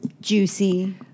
Juicy